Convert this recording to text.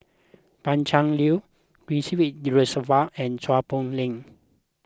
Pan Cheng Lui Ridzwan Dzafir and Chua Poh Leng